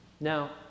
Now